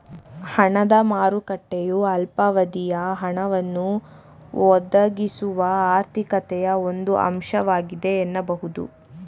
ಹಣದ ಮಾರುಕಟ್ಟೆಯು ಅಲ್ಪಾವಧಿಯ ಹಣವನ್ನ ಒದಗಿಸುವ ಆರ್ಥಿಕತೆಯ ಒಂದು ಅಂಶವಾಗಿದೆ ಎನ್ನಬಹುದು